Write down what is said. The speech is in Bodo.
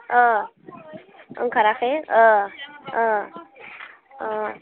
अ ओंखाराखै औ औ औ